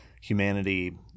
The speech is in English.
humanity